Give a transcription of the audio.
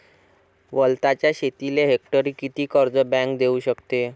वलताच्या शेतीले हेक्टरी किती कर्ज बँक देऊ शकते?